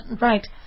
Right